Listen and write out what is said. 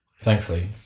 Thankfully